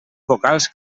vocals